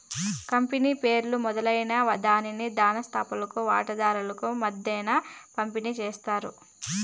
company షేర్లు మొదట్లోనే దాని స్తాపకులు వాటాదార్ల మద్దేన పంపిణీ చేస్తారు